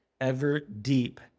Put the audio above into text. ever-deep